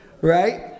Right